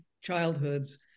childhoods